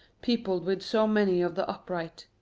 peopled with so many of the upright.